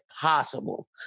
possible